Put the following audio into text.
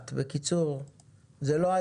המערכת הבנקאית היא מוכנה יותר גם כמקור